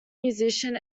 musician